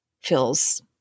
feels